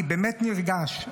אני באמת נרגש,